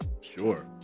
sure